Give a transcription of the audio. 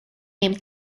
named